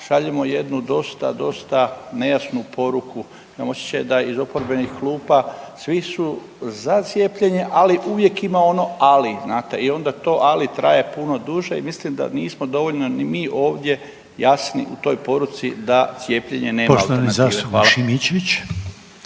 šaljemo jednu dosta, dosta nejasnu poruku. Imam osjećaj da iz oporbenih klupa svi su za cijepljenje ali uvijek ima ono ali znate i onda to ali traje puno duže i mislim da nismo dovoljno ni mi ovdje jasni u toj poruci da cijepljenje nema alternative.